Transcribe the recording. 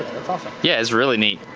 awesome. yeah, it's really neat.